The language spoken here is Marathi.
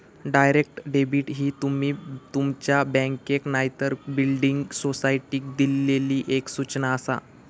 डायरेक्ट डेबिट ही तुमी तुमच्या बँकेक नायतर बिल्डिंग सोसायटीक दिल्लली एक सूचना आसा